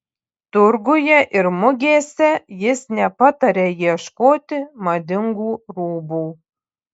turguje ir mugėse jis nepataria ieškoti madingų rūbų